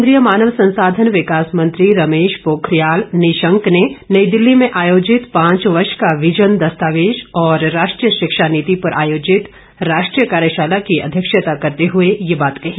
केन्द्रीय मानव संसाधन विकास मंत्री रमेश पोखरियाल निशंक ने नई दिल्ली में आयोजित पांच वर्ष का विजन दस्तावेज और राष्ट्रीय शिक्षा नीति पर आयोजित राष्ट्रीय कार्यशाला की अध्यक्षता करते हए ये बात कही